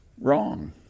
wrong